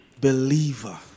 believer